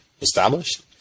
established